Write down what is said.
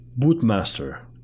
Bootmaster